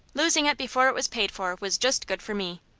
losing it before it was paid for was just good for me.